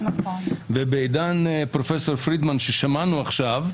בעידן פרופ' פרידמן, ששמענו עכשיו,